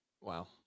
Wow